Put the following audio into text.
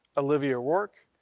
olivia roark,